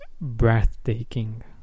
breathtaking